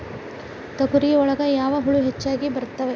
ತೊಗರಿ ಒಳಗ ಯಾವ ಹುಳ ಹೆಚ್ಚಾಗಿ ಬರ್ತವೆ?